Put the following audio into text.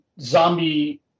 zombie